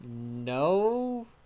no